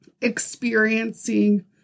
experiencing